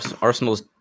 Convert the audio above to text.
Arsenal's